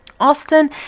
Austin